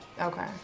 Okay